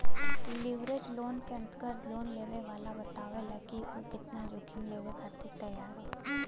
leverage loan क अंतर्गत loan लेवे वाला बतावला क उ केतना जोखिम लेवे खातिर तैयार हौ